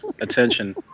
attention